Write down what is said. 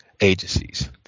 agencies